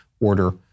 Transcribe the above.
order